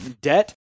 debt